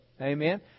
Amen